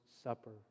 Supper